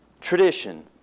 Tradition